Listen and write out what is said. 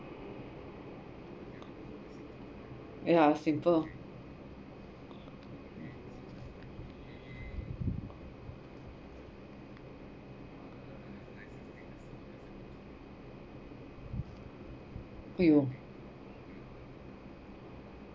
yeah simple !haiyo!